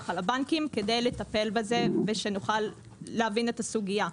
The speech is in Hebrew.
על הבנקים כדי לטפל בזה ושנוכל להבין את הסוגיה.